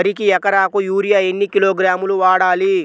వరికి ఎకరాకు యూరియా ఎన్ని కిలోగ్రాములు వాడాలి?